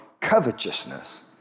covetousness